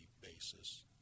basis